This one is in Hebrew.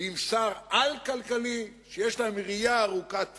ועם שר-על כלכלי, שיש להם ראייה ארוכת טווח.